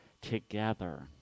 together